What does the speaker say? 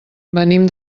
venim